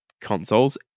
consoles